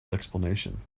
explanation